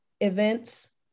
events